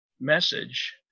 message